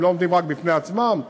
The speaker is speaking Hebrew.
הם לא עומדים רק בפני עצמם,